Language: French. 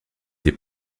des